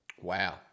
Wow